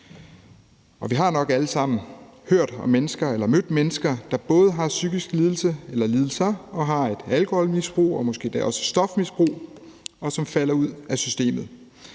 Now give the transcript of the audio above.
om mennesker eller mødt mennesker, der både har en psykisk lidelse eller psykiske lidelser og har et alkoholmisbrug og måske endda også et stofmisbrug, og som falder ud af systemet.